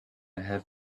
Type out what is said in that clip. have